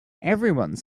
everyone